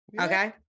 Okay